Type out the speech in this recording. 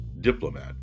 diplomat